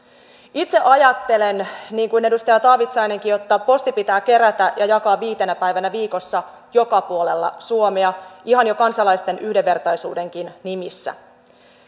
itse ajattelen niin kuin edustaja taavitsainenkin että posti pitää kerätä ja jakaa viitenä päivänä viikossa joka puolella suomea ihan jo kansalaisten yhdenvertaisuudenkin nimissä